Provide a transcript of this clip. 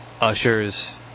Usher's